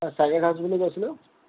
circuit house বুলি কৈছিলোঁ